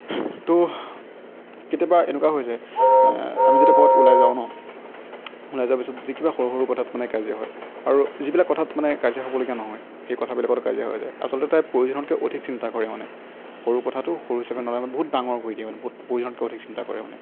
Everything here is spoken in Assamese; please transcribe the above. তো কেতিয়াবা এনেকুৱা হৈ যায় আমি যেতিয়া ক'ৰবাত ওলাই যাওঁ ন ওলাই যোৱাৰ পিছত যদি কিবা সৰু সৰু কথাত মানে কাজিয়া হয় আৰু যিবিলাক কথাত মানে কাজিয়া হ'বলগীয়া নহয় সেই কথাবিলাকতো কাজিয়া হৈ যায় আচলতে তাই প্ৰয়োজনতকৈ অধিক চিন্তা কৰে মানে সৰু কথাটো সৰু হিচাপে নলয় মানে বহুত ডাঙৰ কৰি দিয়ে মানে বহুত প্ৰয়োজনতকৈ অধিক চিন্তা কৰে মানে